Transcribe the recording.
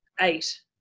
eight